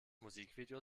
musikvideo